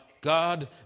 God